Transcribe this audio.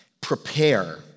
prepare